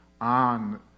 on